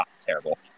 terrible